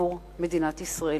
עבור מדינת ישראל.